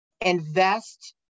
invest